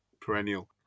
perennial